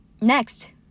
Next